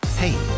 Hey